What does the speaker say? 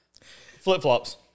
Flip-flops